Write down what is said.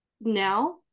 now